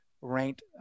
ranked